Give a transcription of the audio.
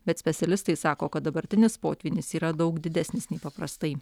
bet specialistai sako kad dabartinis potvynis yra daug didesnis nei paprastai